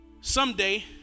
Someday